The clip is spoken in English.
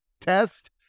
test